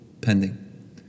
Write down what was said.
pending